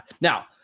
Now